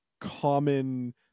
common